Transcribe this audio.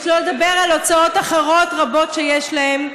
ושלא לדבר על הוצאות אחרות רבות שיש להם.